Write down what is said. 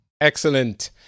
Excellent